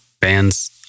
Band's